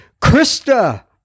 Krista